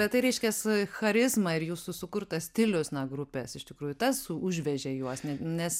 bet tai reiškias charizma ir jūsų sukurtas stilius na grupės iš tikrųjų tas užvežė juos ne nes